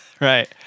Right